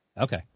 Okay